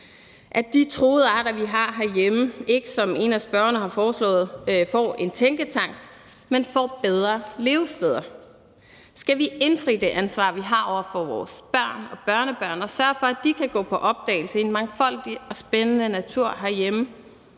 at de truede arter, vi har herhjemme, som en af spørgerne har foreslået, får en tænketank, men at de får bedre levesteder. Skal vi indfri det ansvar, vi har over for vores børn og børnebørn, og sørge for, at de kan gå på opdagelse i en mangfoldig og spændende natur herhjemme,